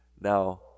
now